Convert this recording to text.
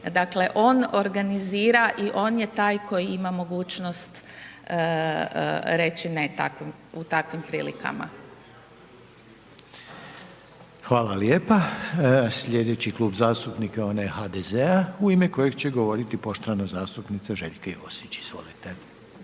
Dakle on organizira i on je taj koji ima mogućnost reći ne u takvim prilikama. **Reiner, Željko (HDZ)** Hvala lijepa. Sljedeći Klub zastupnika je onaj HDZ-a u ime kojeg će govoriti poštovana zastupnica Željka Josić. Izvolite.